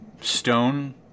stone